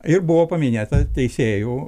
ir buvo paminėta teisėjų